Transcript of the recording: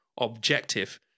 objective